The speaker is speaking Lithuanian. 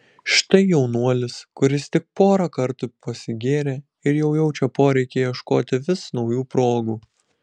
štai jaunuolis kuris tik porą kartų pasigėrė ir jau jaučia poreikį ieškoti vis naujų progų